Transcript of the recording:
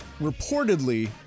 Reportedly